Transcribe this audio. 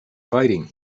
fighting